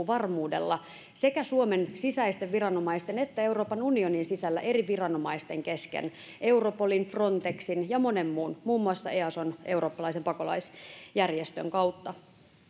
varmuudella sekä suomen sisäisten viranomaisten että euroopan unionin sisällä eri viranomaisten kesken europolin frontexin ja monen muun muun muassa eason eurooppalaisen pakolaisjärjestön kautta